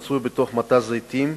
מצוי בתוך מטע זיתים,